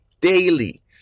daily